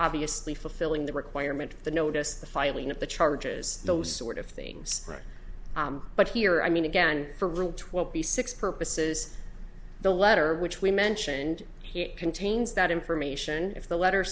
obviously fulfilling the requirement for the notice the filing of the charges those sort of things right but here i mean again for rule twenty six purposes the letter which we mentioned contains that information if the letter